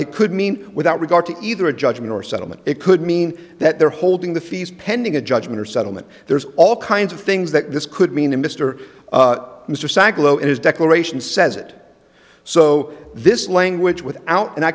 it could mean without regard to either a judgment or settlement it could mean that they're holding the fees pending a judgment or settlement there's all kinds of things that this could mean to mr mr sag low in his declaration says it so this language with out and i